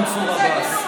הסיעה שלך, אני